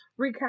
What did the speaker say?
recap